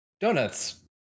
donuts